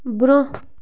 برٛونٛہہ